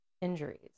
injuries